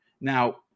Now